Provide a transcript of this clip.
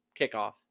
kickoff